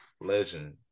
Legend